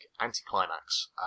anticlimax